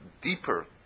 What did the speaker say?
deeper